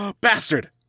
Bastard